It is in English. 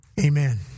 Amen